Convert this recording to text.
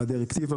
והדירקטיבה,